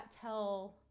tell